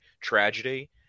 tragedy